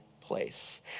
place